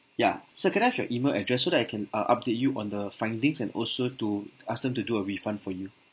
ya sir can I have your email address so that I can uh update you on the findings and also to ask them to do a refund for you